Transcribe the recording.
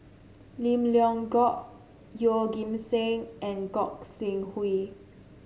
Lim Leong Geok Yeoh Ghim Seng and Gog Sing Hooi